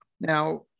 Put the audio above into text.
Now